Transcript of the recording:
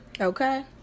okay